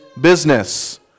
business